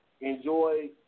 enjoy